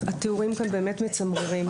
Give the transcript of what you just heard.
התיאורים כאן באמת מצמררים.